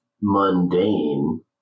mundane